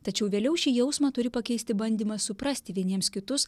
tačiau vėliau šį jausmą turi pakeisti bandymas suprasti vieniems kitus